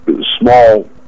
small